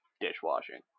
dishwashing